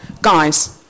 Guys